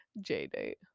J-Date